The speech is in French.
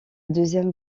deuxième